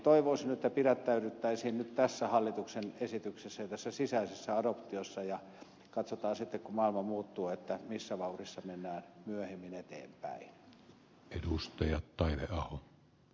toivoisin että pidättäydyttäisiin nyt tässä hallituksen esityksessä ja tässä sisäisessä adoptiossa ja katsotaan sitten kun maailma muuttuu missä vauhdissa mennään myöhemmin eteenpäin